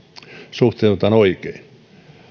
suhteutetaan oikein